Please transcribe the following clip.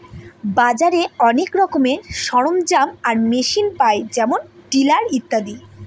বাজারে অনেক রকমের সরঞ্জাম আর মেশিন পায় যেমন টিলার ইত্যাদি